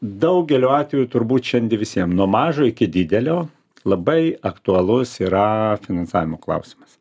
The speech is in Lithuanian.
daugeliu atveju turbūt šiandie visiem nuo mažo iki didelio labai aktualus yra finansavimo klausimas